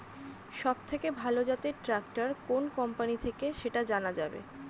সবথেকে ভালো জাতের ট্রাক্টর কোন কোম্পানি থেকে সেটা জানা যাবে?